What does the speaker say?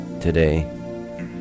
today